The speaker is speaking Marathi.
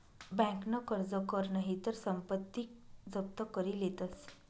बँकन कर्ज कर नही तर संपत्ती जप्त करी लेतस